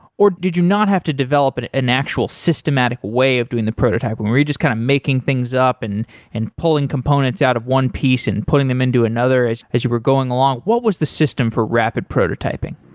or did you not have to develop an an actual systematic way of doing the prototyping? were you just kind of making things up and and pulling components out of one piece and putting them into another as as you were going along? what was the system for rapid prototyping?